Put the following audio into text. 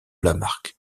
lamarque